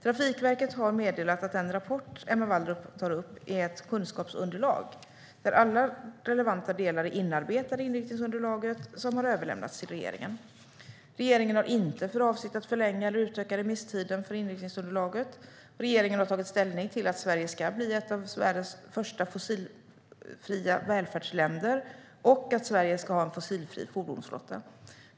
Trafikverket har meddelat att den rapport Emma Wallrup tar upp är ett kunskapsunderlag där alla relevanta delar är inarbetade i inriktningsunderlaget, som har överlämnats till regeringen. Regeringen har inte för avsikt att förlänga eller utöka remisstiden för inriktningsunderlaget. Regeringen har tagit ställning till att Sverige ska bli ett av världens första fossilfria välfärdsländer och att Sverige ska ha en fossilfri fordonsflotta.